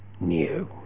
new